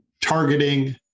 targeting